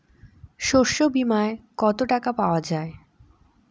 শস্য বিমায় কত টাকা পাওয়া যায়?